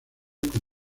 con